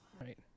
Right